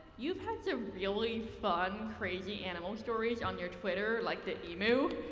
you've had some really fun, crazy, animal stories on your twitter like the emu,